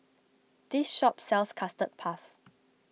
this shop sells Custard Puff